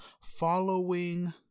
following